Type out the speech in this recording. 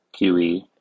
QE